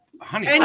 honey